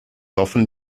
often